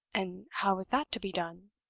and how is that to be done?